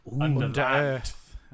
Under-earth